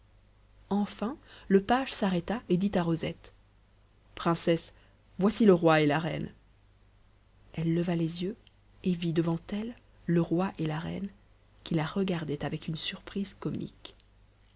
enfin le page s'arrêta et dit à rosette princesse voici le roi et la reine elle leva les yeux et vit devant elle le roi et la reine qui la regardaient avec une surprise comique